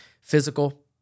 Physical